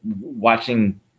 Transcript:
watching